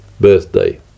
birthday